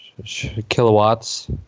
Kilowatts